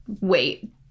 Wait